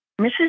Mrs